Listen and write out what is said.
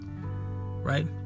right